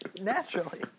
Naturally